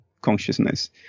consciousness